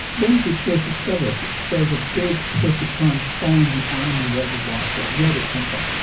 when this was first discovered there was a big push to try and find the animal reservoir for it, where did it come from?